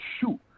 shoot